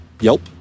yelp